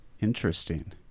Interesting